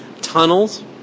tunnels